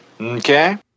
Okay